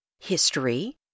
History